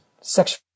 sexual